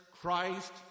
Christ